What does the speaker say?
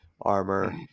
armor